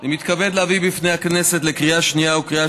אני מתכבד להביא בפני הכנסת לקריאה השנייה ולקריאה